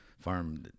farm